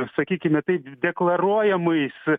sakykime taip deklaruojamais